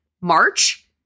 March